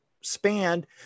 spanned